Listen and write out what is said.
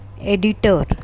Editor